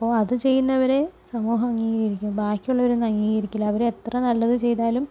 അപ്പോൾ അതു ചെയ്യുന്നവരെ സമൂഹം അംഗീകരിക്കും ബാക്കി ഉള്ളവരെയൊന്നും അംഗീകരിക്കില്ല അവരെത്ര നല്ലത് ചെയ്താലും